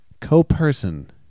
co-person